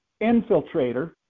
infiltrator